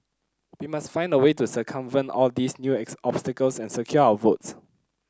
we must find a way to circumvent all these new is obstacles and secure our votes